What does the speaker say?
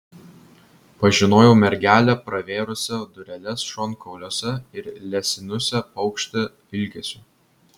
pažinojau mergelę pravėrusią dureles šonkauliuose ir lesinusią paukštį ilgesiu